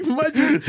Imagine